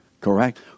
Correct